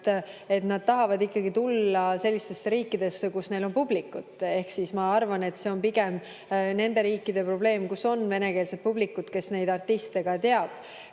et nad tahavad tulla sellistesse riikidesse, kus neil on publikut. Ehk ma arvan, et see on pigem nende riikide probleem, kus on venekeelset publikut, kes neid artiste ka teab.